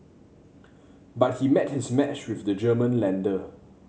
but he met his match with the German lender